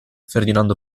ferdinando